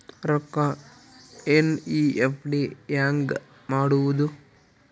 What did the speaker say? ರೊಕ್ಕ ಎನ್.ಇ.ಎಫ್.ಟಿ ಹ್ಯಾಂಗ್ ಮಾಡುವುದು?